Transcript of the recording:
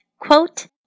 quote